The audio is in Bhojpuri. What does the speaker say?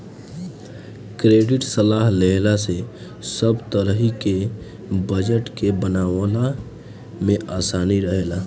क्रेडिट सलाह लेहला से सब तरही के बजट के बनवला में आसानी रहेला